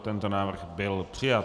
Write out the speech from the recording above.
Tento návrh byl přijat.